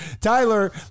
Tyler